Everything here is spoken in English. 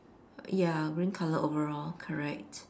ya green colour overall correct